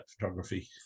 photography